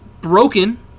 Broken